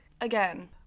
again